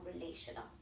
relational